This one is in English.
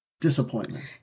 disappointment